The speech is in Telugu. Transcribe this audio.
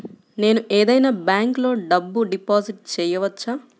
నేను ఏదైనా బ్యాంక్లో డబ్బు డిపాజిట్ చేయవచ్చా?